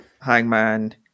Hangman